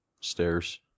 stairs